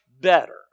better